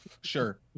Sure